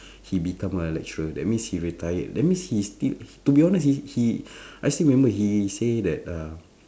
he become a lecturer that means he retired that means he still to be honest he he I still remember he say that uh